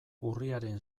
urriaren